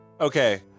Okay